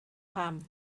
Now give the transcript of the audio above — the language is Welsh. pham